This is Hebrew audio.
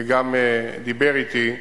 וגם דיבר אתי,